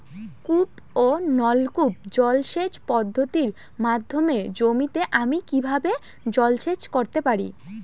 কূপ ও নলকূপ জলসেচ পদ্ধতির মাধ্যমে জমিতে আমি কীভাবে জলসেচ করতে পারি?